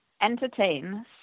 entertain